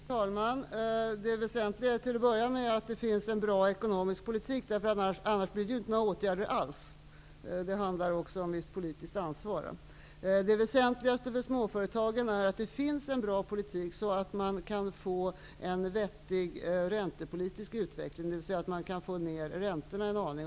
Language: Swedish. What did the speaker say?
Fru talman! Det väsentliga är till att börja med att det förs en bra ekonomisk politik. Annars blir det inte några åtgärder alls. Det handlar också om visst politiskt ansvar. Det väsentligaste för småföretagen är att det förs en sådan politik att man kan få en vettig räntepolitisk utveckling, dvs. att man kan få ner räntorna en aning.